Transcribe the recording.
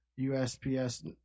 USPS